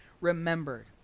remembered